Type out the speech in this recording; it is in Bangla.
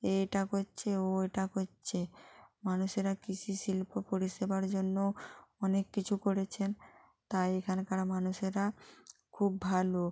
এ এটা করছে ও ওইটা করছে মানুষেরা কৃষি শিল্প পরিষেবার জন্য অনেক কিছু করেছেন তাই এখানকার মানুষেরা খুব ভালো